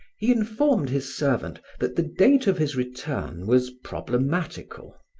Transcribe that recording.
he informed his servant that the date of his return was problematical,